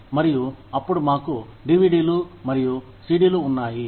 మరియు అప్పుడు మాకు డివిడి లు మరియు సిడి లు ఉన్నాయి